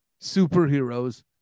superheroes